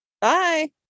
Bye